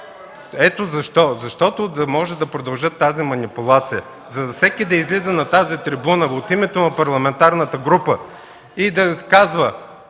Ето защо – за да могат да продължат тази манипулация, всеки да излиза на тази трибуна от името на парламентарната група и да разказва,